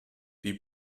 die